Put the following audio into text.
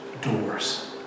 doors